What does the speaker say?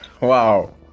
Wow